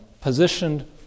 positioned